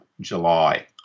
July